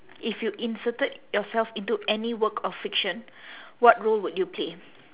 if you inserted yourself into any work of fiction what role would you play